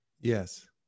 Yes